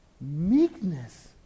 meekness